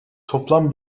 toplam